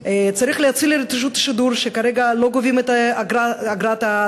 עובדי רשות השידור הפעם קיבלו את המשכורת של חודש